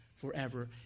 forever